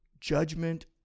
Judgment